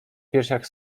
piersiach